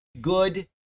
good